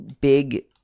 big